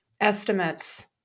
estimates